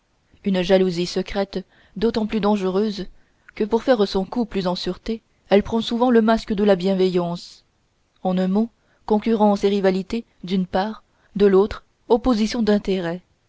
une jalousie secrète d'autant plus dangereuse que pour faire son coup plus en sûreté elle prend souvent le masque de la bienveillance en un mot concurrence et rivalité d'une part de l'autre opposition d'intérêt